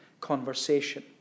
conversation